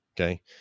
Okay